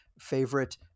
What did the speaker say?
favorite